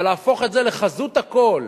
אבל להפוך את זה לחזות הכול,